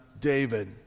David